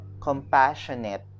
compassionate